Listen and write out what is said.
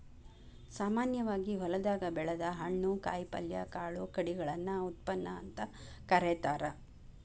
ಸಾಮಾನ್ಯವಾಗಿ ಹೊಲದಾಗ ಬೆಳದ ಹಣ್ಣು, ಕಾಯಪಲ್ಯ, ಕಾಳು ಕಡಿಗಳನ್ನ ಉತ್ಪನ್ನ ಅಂತ ಕರೇತಾರ